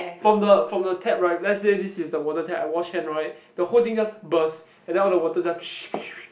from the from the tap right let's say this is the water tap I wash hand right the whole thing just burst and then all the water just